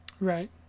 Right